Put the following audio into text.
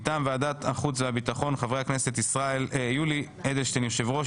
מטעם ועדת החוץ והביטחון: חברי הכנסת יולי אדלשטיין יו"ר,